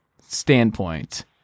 standpoint